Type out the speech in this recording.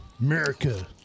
America